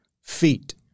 feet